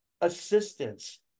assistance